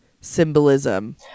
symbolism